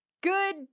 Good